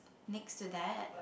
next to that